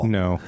no